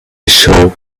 show